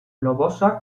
globosa